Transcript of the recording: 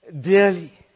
dearly